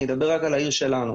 אני אדבר רק על העיר שלנו.